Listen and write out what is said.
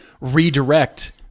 redirect